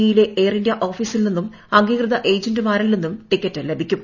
E യിലെ Air India ഓഫീസിൽ നിന്നും അംഗീകൃത ഏജന്റുമാരിൽ നിന്നും ടിക്കറ്റ് ലഭിക്കും